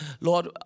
Lord